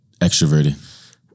Extroverted